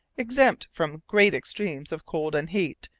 exempt from great extremes of cold and heat,